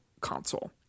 console